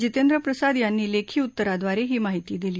जितेंद्र प्रसाद यांनी लेखी उत्तराद्वारे ही माहिती दिली